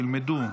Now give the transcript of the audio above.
שילמדו.